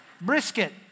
Brisket